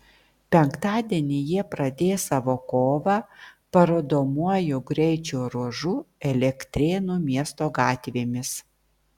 penktadienį jie pradės savo kovą parodomuoju greičio ruožu elektrėnų miesto gatvėmis